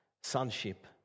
sonship